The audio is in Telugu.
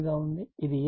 ఇది A ఇది B